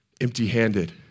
empty-handed